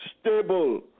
stable